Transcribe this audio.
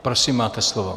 Prosím, máte slovo.